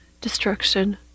destruction